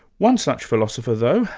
one such philosopher though,